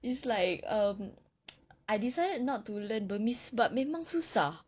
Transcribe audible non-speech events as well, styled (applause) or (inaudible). it's like um (noise) I decided not to learn burmese but memang susah